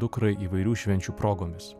dukrai įvairių švenčių progomis